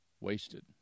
Wasted